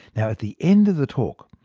at the end of the talk,